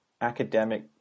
academic